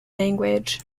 language